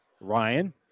Ryan